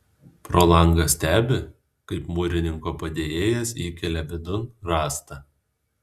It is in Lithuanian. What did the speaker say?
pro langą stebi kaip mūrininko padėjėjas įkelia vidun rąstą